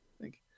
thank